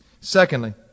Secondly